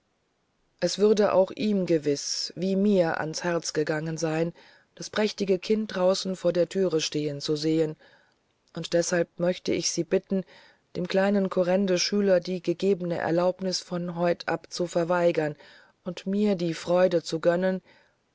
es würde auch ihm gewiß wie mir ans herz gegangen sein das prächtige kind draußen vor der thüre stehen zu sehen und deshalb möchte ich sie bitten dem kleinen kurrendeschüler die gegebene erlaubnis von heute ab zu verweigern und mir die freude zu gönnen